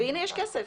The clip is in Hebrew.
והנה, יש כסף.